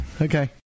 Okay